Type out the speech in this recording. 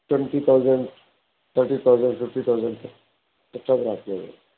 twenty thousand thirty thousand fifty thousand ಎಷ್ಟಾದರೂ ಹಾಕ್ಬೌದು